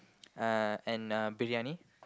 uh and uh briyani